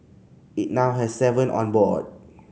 it now has seven on board